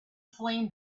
flame